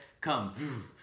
come